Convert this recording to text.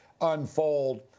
unfold